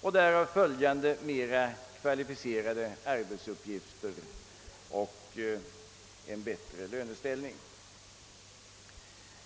med därav följande mera kvalificerade arbetsuppgifter och bättre löneställning.